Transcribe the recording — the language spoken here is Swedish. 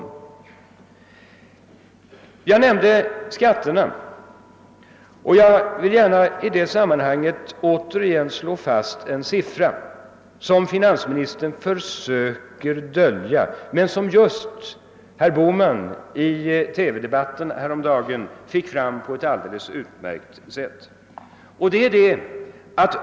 När det gäller skatterna vill jag gärna återigen slå fast en siffra som finansministern försöker dölja men som herr Bohman fick fram på ett alldeles utmärkt sätt i TV-debatten häromdagen.